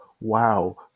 wow